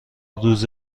روز